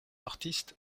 artistes